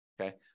okay